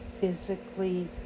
physically